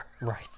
Right